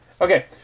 Okay